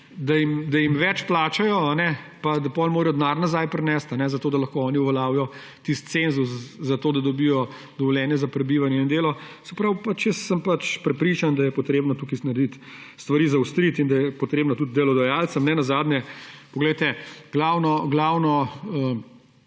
da jim več plačajo pa da potem morajo denar nazaj prinesti, zato da lahko oni uveljavijo tisti cenzus, zato da dobijo dovoljenje za prebivanje in delo. Prepričan sem, da je potrebno tukaj stvari zaostriti in da je potrebno tudi delodajalcem … Nenazadnje, poglejte, glavno